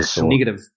negative